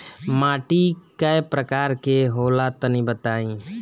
माटी कै प्रकार के होला तनि बताई?